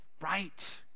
right